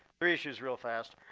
three issues real fast.